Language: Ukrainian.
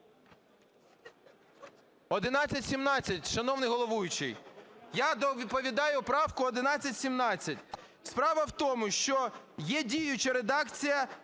1117, шановний головуючий. Я доповідаю правку 1117. Справа в тому, що є діюча редакція